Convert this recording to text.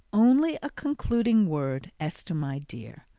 only a concluding word. esther, my dear,